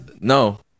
no